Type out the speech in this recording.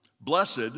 Blessed